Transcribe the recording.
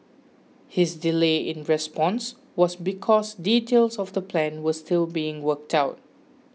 his delay in response was because details of the plan were still being worked out